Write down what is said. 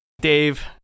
Dave